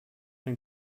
den